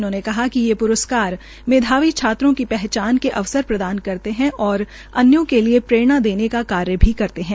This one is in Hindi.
उन्होंने कहा कि ये प्रस्कार मेधावी छात्रों को पहचान के अवसर पर प्रदान करते है अन्यों के लिये प्ररेणा देने का कार्य करते है